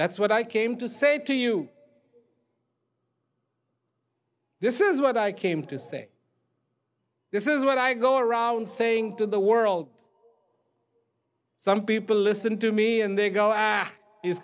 that's what i came to say to you this is what i came to say this is what i go around saying to the world some people listen to me and they go